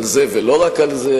על זה ולא רק על זה,